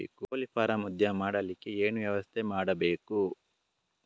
ಕೋಳಿ ಫಾರಂ ಉದ್ಯಮ ಮಾಡಲಿಕ್ಕೆ ಏನು ವ್ಯವಸ್ಥೆ ಮಾಡಬೇಕು?